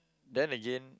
then again